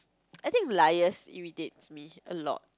I think liars irritates me a lot